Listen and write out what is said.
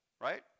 right